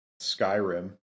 Skyrim